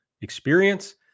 experience